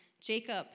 Jacob